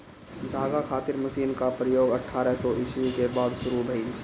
धागा खातिर मशीन क प्रयोग अठारह सौ ईस्वी के बाद शुरू भइल